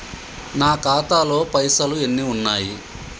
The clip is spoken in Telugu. నా ఖాతాలో పైసలు ఎన్ని ఉన్నాయి?